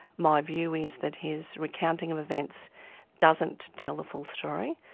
my view is that his recounting of events doesn't tell the full story.